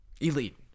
Elite